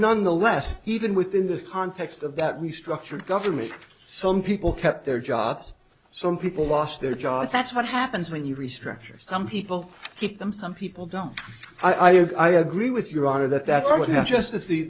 nonetheless even within the context of that restructured government some people kept their jobs some people lost their jobs that's what happens when you restructure some people keep them some people don't i agree with your honor that that i would have just t